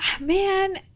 Man